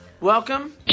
Welcome